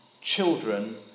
children